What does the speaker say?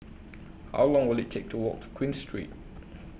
How Long Will IT Take to Walk to Queen Street